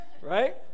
Right